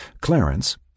Clarence